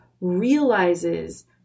realizes